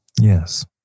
yes